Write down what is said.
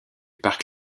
parc